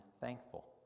thankful